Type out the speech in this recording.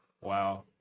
Wow